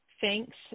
thanks